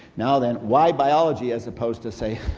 now then, why biology as opposed to say,